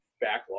backlog